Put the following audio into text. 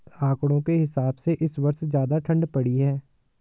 आंकड़ों के हिसाब से इस वर्ष ज्यादा ठण्ड पड़ी है